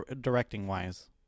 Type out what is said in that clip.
directing-wise